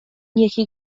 یکی